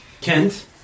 Kent